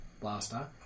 blaster